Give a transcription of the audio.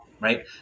right